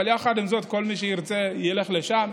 אבל יחד עם זאת, כל מי שירצה ילך לשם.